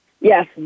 Yes